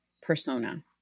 persona